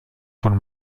von